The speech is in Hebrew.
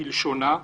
כלשונה,